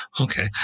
Okay